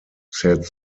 said